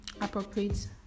appropriate